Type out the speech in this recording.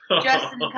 Justin